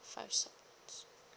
five sub lines